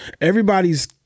Everybody's